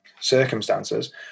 circumstances